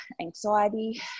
anxiety